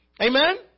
Amen